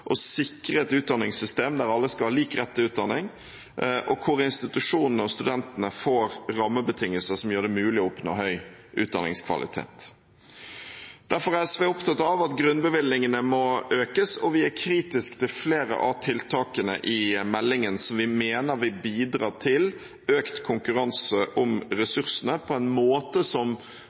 å sikre et utdanningssystem der alle skal ha lik rett til utdanning, og hvor institusjonene og studentene får rammebetingelser som gjør det mulig å oppnå høy utdanningskvalitet. Derfor er SV opptatt av at grunnbevilgningene må økes, og vi er kritisk til flere av tiltakene i meldingen, som vi mener vil bidra til økt konkurranse om ressursene på en måte som